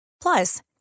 Plus